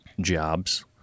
jobs